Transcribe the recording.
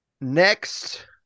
Next